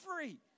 free